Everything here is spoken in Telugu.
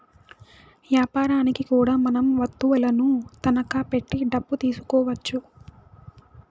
యాపారనికి కూడా మనం వత్తువులను తనఖా పెట్టి డబ్బు తీసుకోవచ్చు